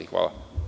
Hvala.